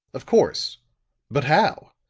of course but how?